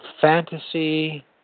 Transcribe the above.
fantasy